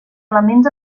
elements